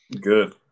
Good